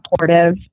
supportive